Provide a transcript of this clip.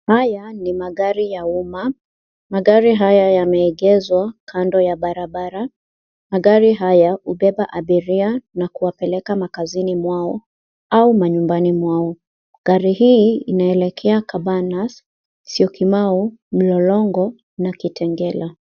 Haya ni magari ya umma. Magari haya yameegeshwa kando ya barabara. Magari haya hubeba abiria na kuwapeleka makazini mwao au manyumbani mwao. Gari hii inaelekea Kabanas, Syokimau, Mlolongo na Kitengela.